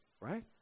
right